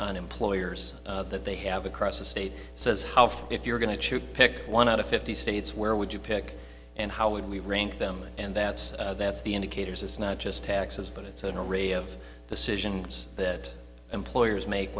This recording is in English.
on employers that they have across the state says how if you're going to choose pick one out of fifty states where would you pick and how would we rank them and that's that's the indicators it's not just taxes but it's onery of the situations that employers make